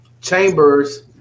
chambers